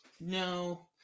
no